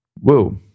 Whoa